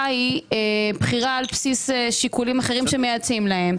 היא בחירה על בסיס שיקולים אחרים שמייעצים להם.